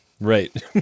Right